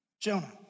Jonah